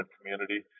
community